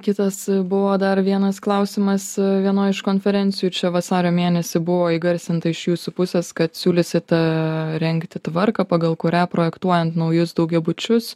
kitas buvo dar vienas klausimas vienoj iš konferencijų ir čia vasario mėnesį buvo įgarsinta iš jūsų pusės kad siūlysit a rengti tvarką pagal kurią projektuojant naujus daugiabučius